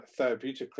therapeutically